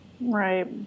Right